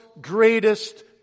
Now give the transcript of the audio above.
greatest